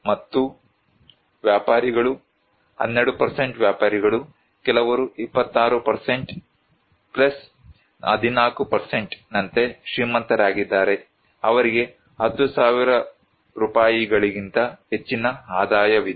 ಮತ್ತು ವ್ಯಾಪಾರಿಗಳು 12 ವ್ಯಾಪಾರಿಗಳು ಕೆಲವರು 26 14 ನಂತೆ ಶ್ರೀಮಂತರಾಗಿದ್ದಾರೆ ಅವರಿಗೆ 10000 ರೂಪಾಯಿಗಳಿಗಿಂತ ಹೆಚ್ಚಿನ ಆದಾಯವಿದೆ